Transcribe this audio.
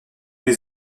les